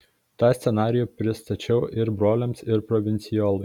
tą scenarijų pristačiau ir broliams ir provincijolui